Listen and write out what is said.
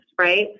right